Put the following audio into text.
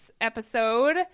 episode